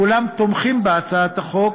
כולם תומכים בהצעת החוק,